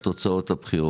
עלות הצעת החוק